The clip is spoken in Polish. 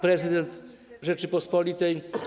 Prezydent Rzeczypospolitej.